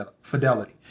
Fidelity